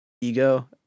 ego